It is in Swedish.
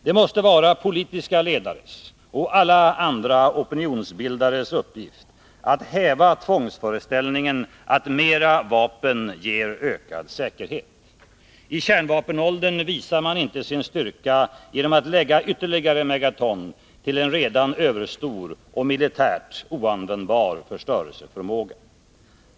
Det måste vara politiska ledares och alla andra opinionsbildares uppgift att häva tvångsföreställningen att mera vapen ger ökad säkerhet. I kärnvapenåldern visar man inte sin styrka genom att lägga ytterligare megaton till en redan överstor och militärt oanvändbar förstörelseförmåga.